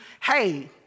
hey